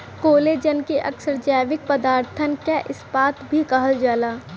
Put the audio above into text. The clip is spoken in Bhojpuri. कोलेजन के अक्सर जैविक पदारथन क इस्पात भी कहल जाला